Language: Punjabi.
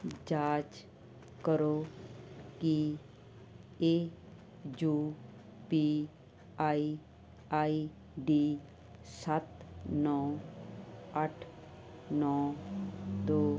ਜਾਂਚ ਕਰੋ ਕਿ ਇਹ U P I I D ਸੱਤ ਨੌਂ ਅੱਠ ਨੌਂ ਦੋ